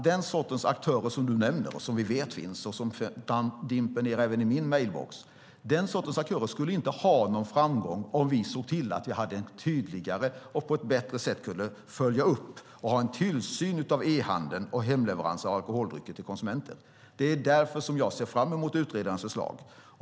Den sortens aktörer som du nämner och som vi vet finns - och de mejlen dimper ned även i min mejlbox - skulle inte ha någon framgång om vi såg till att vi på ett tydligare och bättre sätt kunde följa upp och ha en tillsyn av e-handeln och hemleverans av alkoholdrycker till konsumenter. Det är därför som jag ser fram emot utredarens förslag.